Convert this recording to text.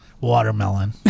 watermelon